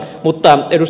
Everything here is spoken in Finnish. mutta ed